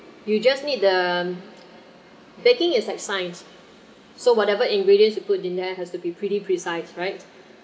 you just need the baking is like science so whatever ingredients you put didn't have to be pretty precise right